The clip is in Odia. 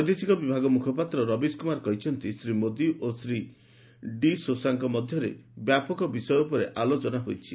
ବୈଦେଶିକ ବିଭାଗ ମୁଖପାତ୍ର ରବିଶ କୁମାର କହିଛନ୍ତି ଶ୍ରୀ ମୋଦୀ ଓ ଶ୍ରୀ ଡି ସୋସାଙ୍କ ମଧ୍ୟରେ ବ୍ୟାପକ ବିଷୟ ଉପରେ ଆଲୋଚନା ହୋଇଛି